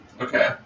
Okay